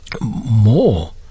more